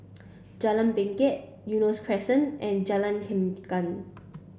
Jalan Bangket Eunos Crescent and Jalan Chengam